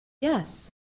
yes